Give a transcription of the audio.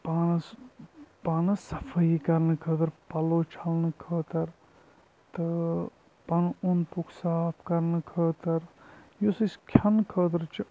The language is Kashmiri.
پانَس پانَس صفٲیی کَرنہٕ خٲطرٕ پَلو چھَلنہٕ خٲطرٕ تہٕ پَنُن اوٚنٛد پوٚکھ صاف کَرنہٕ خٲطرٕ یُس أسۍ کھٮ۪نہٕ خٲطرٕ چھِ